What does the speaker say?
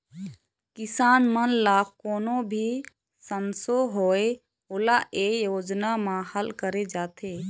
किसान मन ल कोनो भी संसो होए ओला ए योजना म हल करे जाथे